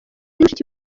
mushiki